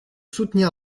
soutenir